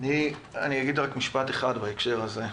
אגיד רק משפט אחד בהקשר הזה.